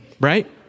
Right